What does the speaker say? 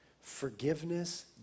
forgiveness